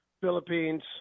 Philippines